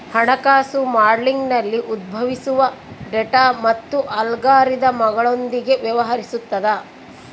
ಹಣಕಾಸು ಮಾಡೆಲಿಂಗ್ನಲ್ಲಿ ಉದ್ಭವಿಸುವ ಡೇಟಾ ಮತ್ತು ಅಲ್ಗಾರಿದಮ್ಗಳೊಂದಿಗೆ ವ್ಯವಹರಿಸುತದ